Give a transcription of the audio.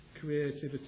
creativity